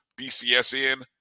BCSN